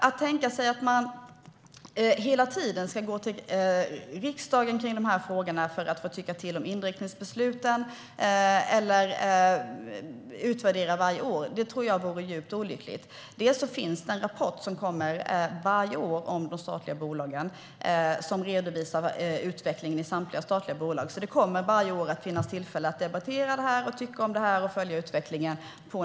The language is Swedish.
Att tänka sig att man hela tiden ska gå till riksdagen med frågorna för att den ska få tycka till om inriktningsbesluten eller utvärdera varje år tror jag vore djupt olyckligt. Det finns en rapport som kommer varje år om de statliga bolagen som redovisar utvecklingen i samtliga statliga bolag. Det kommer varje år att på naturlig väg finnas tillfälle att debattera detta, tycka till och följa utvecklingen.